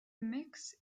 mix